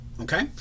Okay